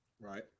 right